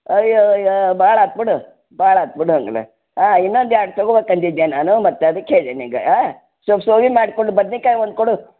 ಅಯ್ಯೋಯ್ಯೋ ಭಾಳಾತು ಬಿಡು ಭಾಳಾತು ಬಿಡು ಹಂಗಾರೆ ಹಾಂ ಇನ್ನೊಂದು ಎರಡು ತಗೋಬೇಕು ಅಂದಿದ್ದೆ ನಾನು ಮತ್ತು ಅದಿಕ್ಕೆ ಹೇಳಿದ್ದೆ ನಿಂಗೆ ಸ್ವಲ್ಪ್ ಸೋವಿ ಮಾಡಿಕೊಂಡು ಬದ್ನೇಕಾಯಿ ಒಂದು ಕೊಡು